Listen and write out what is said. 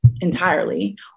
entirely